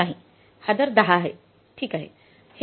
नाही हा दर 10 आहे ठीक आहे